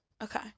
Okay